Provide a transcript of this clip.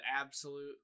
absolute